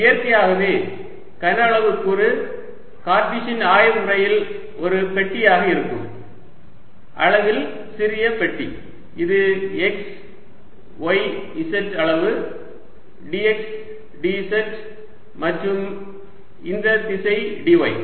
இயற்கையாகவே கனஅளவு கூறு கார்ட்டீசியன் ஆயமுறையில் ஒரு பெட்டியாக இருக்கும் அளவில் சிறிய பெட்டி இது x y z அளவு dx dz மற்றும் இந்த திசை dy